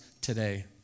today